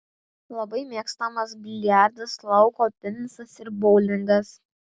labai mėgstamas biliardas lauko tenisas ir boulingas